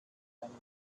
einem